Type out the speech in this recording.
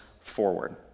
forward